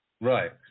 Right